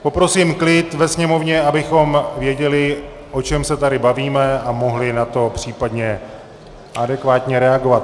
Poprosím klid ve sněmovně, abychom věděli, o čem se tady bavíme, a mohli na to případně adekvátně reagovat.